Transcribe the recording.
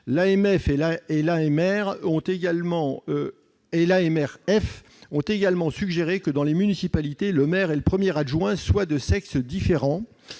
L'AMF et l'AMRF ont également suggéré que, dans les municipalités, le maire et le premier adjoint soient de sexe différent.